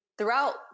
Throughout